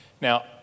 Now